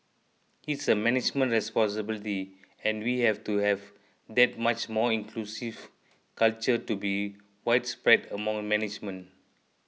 it's a management responsibility and we have to have that much more inclusive culture to be widespread among management